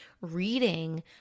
reading